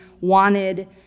wanted